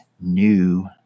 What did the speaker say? new